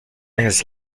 his